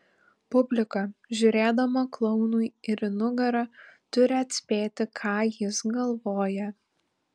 publika žiūrėdama klounui ir į nugarą turi atspėti ką jis galvoja